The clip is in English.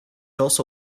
also